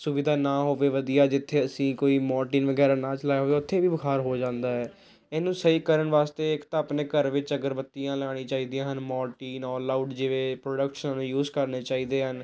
ਸੁਵਿਧਾ ਨਾ ਹੋਵੇ ਵਧੀਆ ਜਿੱਥੇ ਅਸੀਂ ਕੋਈ ਮੋਰਟੀਨ ਵਗੈਰਾ ਨਾ ਚਲਾਇਆ ਹੋਵੇ ਉੱਥੇ ਵੀ ਬੁਖਾਰ ਹੋ ਜਾਂਦਾ ਹੈ ਇਹਨੂੰ ਸਹੀ ਕਰਨ ਵਾਸਤੇ ਇੱਕ ਤਾਂ ਆਪਣੇ ਘਰ ਵਿੱਚ ਅਗਰ ਬੱਤੀਆਂ ਲਗਾਉਣੀਆਂ ਚਾਹੀਦੀਆਂ ਹਨ ਮੋਰਟੀਨ ਆਲਆਊਟ ਜਿਵੇਂ ਪ੍ਰੋਡਕਟ ਸਾਨੂੰ ਯੂਸ ਕਰਨੇ ਚਾਹੀੇਦੇ ਹਨ